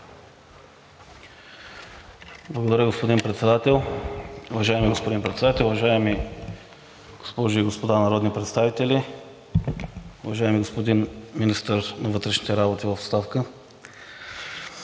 Благодаря, господин Председател. Уважаеми господин Председател, уважаеми госпожи и господа народни представители, уважаеми господин министър на вътрешните работи в оставка!